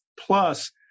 Plus